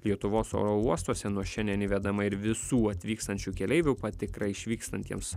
lietuvos oro uostuose nuo šiandien įvedama ir visų atvykstančių keleivių patikra išvykstantiems